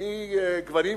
מגוונים שונים,